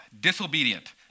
disobedient